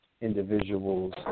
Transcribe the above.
individuals